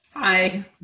Hi